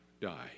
die